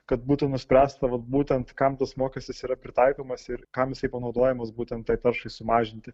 kad būtų nuspręsta vat būtent kam tas mokestis yra pritaikomas ir kam jisai panaudojamas būtent tai taršai sumažinti